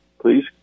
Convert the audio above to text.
please